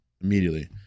immediately